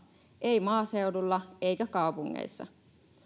eivät maaseudulla eivätkä kaupungeissa